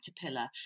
Caterpillar